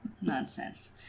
Nonsense